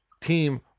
Team